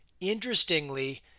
Interestingly